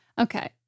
okay